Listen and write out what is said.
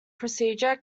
procedure